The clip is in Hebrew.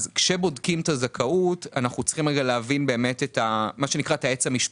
כשבודקים את הזכאות אנחנו צריכים להבין מה שנקרא את העץ המשפחתי.